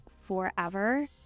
forever